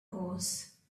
horse